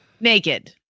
Naked